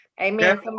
amen